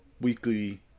weekly